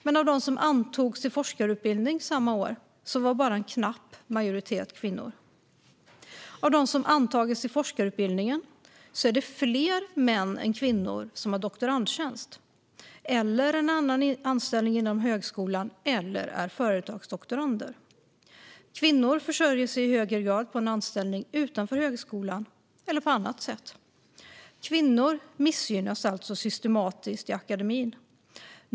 Men av dem som antogs till forskarutbildning samma år var bara en knapp majoritet kvinnor. Av dem som har antagits till forskarutbildning är det fler män än kvinnor som har doktorandtjänst, har en annan anställning inom högskolan eller är företagsdoktorander. Kvinnor försörjer sig i högre grad på en anställning utanför högskolan eller på annat sätt. Kvinnor missgynnas alltså systematiskt i akademin.